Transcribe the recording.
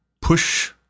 push